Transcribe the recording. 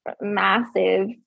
massive